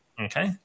okay